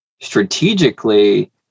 strategically